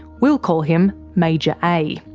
we'll call him major a.